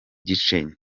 gice